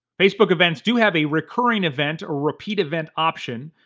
facebook events do have a recurring event or repeat event option,